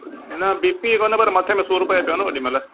न B P कोन्हे पर मथे में सूरु पए पियो न ओॾीमहिल